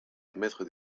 admettre